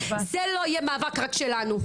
זה לא יהיה מאבק רק שלנו,